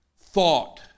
thought